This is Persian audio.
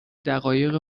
دقایق